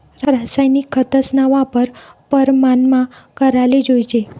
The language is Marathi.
रासायनिक खतस्ना वापर परमानमा कराले जोयजे